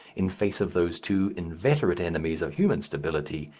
in face of those two inveterate enemies of human stability,